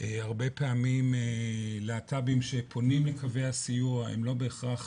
הרבה פעמים להט"בים שפונים מקווי הסיוע הם לא בהכרח